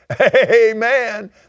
Amen